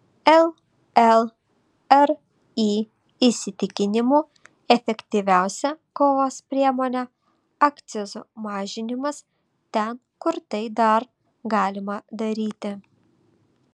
llri įsitikinimu efektyviausia kovos priemonė akcizų mažinimas ten kur tai dar galima daryti